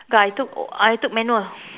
I took I took manual